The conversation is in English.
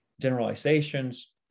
generalizations